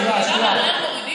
הנאשם מערער, מורידים לו?